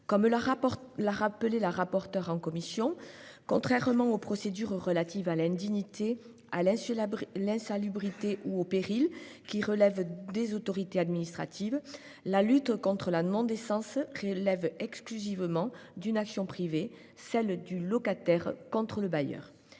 Comme l'a rappelé en commission Mme le rapporteur, contrairement aux procédures relatives à l'indignité, à l'insalubrité ou au péril, qui relèvent des autorités administratives, la lutte contre la non-décence relève exclusivement d'une action privée, celle du locataire contre le bailleur.